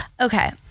okay